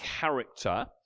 character